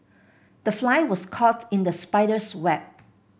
the fly was caught in the spider's web